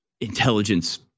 Intelligence